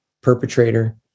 perpetrator